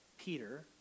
Peter